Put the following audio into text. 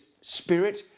spirit